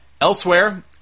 Elsewhere